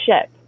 ship